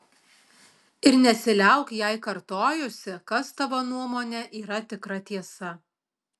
ir nesiliauk jai kartojusi kas tavo nuomone yra tikra tiesa